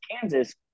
Kansas